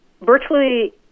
virtually